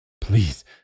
Please